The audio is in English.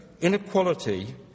inequality